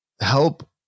help